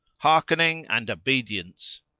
hearkening and obedience!